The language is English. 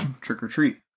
trick-or-treat